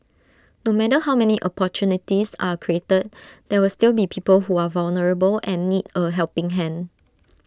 no matter how many opportunities are created there will still be people who are vulnerable and need A helping hand